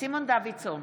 סימון דוידסון,